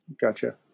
Gotcha